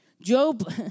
Job